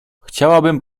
chciałabym